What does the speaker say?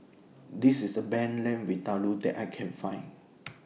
This IS The bend Lamb Vindaloo that I Can Find